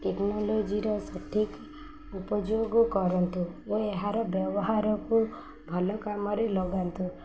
ଟେକ୍ନୋଲୋଜିର ସଠିକ୍ ଉପଯୋଗ କରନ୍ତୁ ଓ ଏହାର ବ୍ୟବହାରକୁ ଭଲ କାମରେ ଲଗାନ୍ତୁ